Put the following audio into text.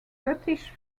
scottish